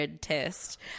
test